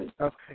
Okay